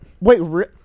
Wait